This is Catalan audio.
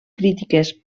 crítiques